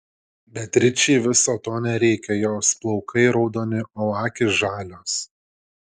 beatričei viso to nereikia jos plaukai raudoni o akys žalios